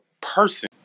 person